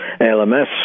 LMS